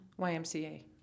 YMCA